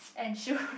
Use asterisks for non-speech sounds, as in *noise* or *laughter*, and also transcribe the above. and shoes *breath*